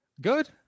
good